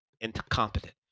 incompetent